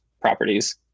properties